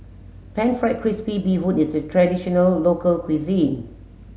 pan fried crispy bee hoon is a traditional local cuisine